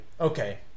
okay